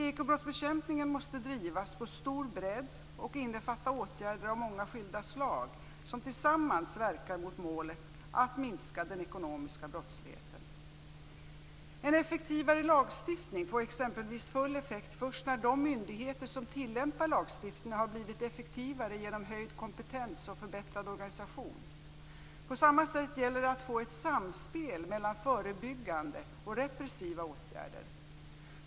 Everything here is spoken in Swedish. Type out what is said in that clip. Ekobrottsbekämpningen måste drivas på stor bredd och innefatta åtgärder av många skilda slag som tillsammans verkar mot målet att minska den ekonomiska brottsligheten. En effektivare lagstiftning får exempelvis ful effekt först när de myndigheter som tillämpar lagstiftningen har blivit effektivare genom höjd kompetens och förbättrad organisation. På samma sätt gäller det att få ett samspel mellan förebyggande och repressiva åtgärder.